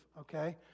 okay